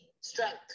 strength